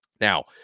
Now